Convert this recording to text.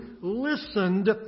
listened